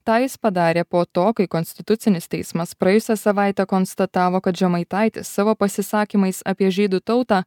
tą jis padarė po to kai konstitucinis teismas praėjusią savaitę konstatavo kad žemaitaitis savo pasisakymais apie žydų tautą